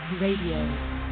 Radio